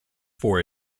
for